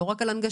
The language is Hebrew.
לא רק הנגשה.